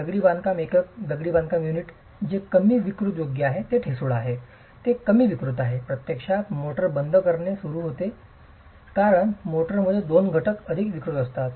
दगडी बांधकाम एकक दगडी बांधकाम युनिट जे कमी विकृत योग्य आहे ते अधिक ठिसूळ आहे ते कमी विकृत आहे प्रत्यक्षात मोर्टार बंद करणे सुरू होते कारण मोर्टारमुळे दोन घटक अधिक विकृत असतात